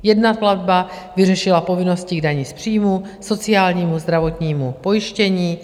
Jedna platba vyřešila povinnosti k dani z příjmů, sociálnímu, zdravotnímu pojištění.